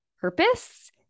purpose